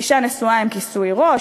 אישה נשואה עם כיסוי ראש,